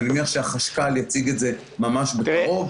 ואני מניח שהחשכ"ל יציג את זה ממש בקרוב,